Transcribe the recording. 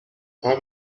خواد